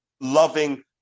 loving